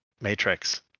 matrix